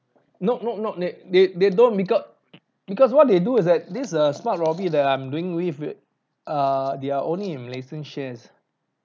nope nope not that they they don't because because what they do is that this err smart robi that I'm doing with it uh they are only in malaysian shares